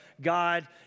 God